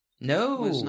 No